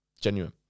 Genuine